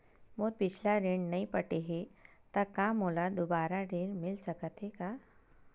मोर पिछला ऋण नइ पटे हे त का मोला दुबारा ऋण मिल सकथे का?